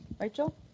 Rachel